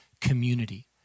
community